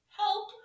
help